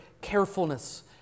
carefulness